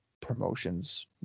promotions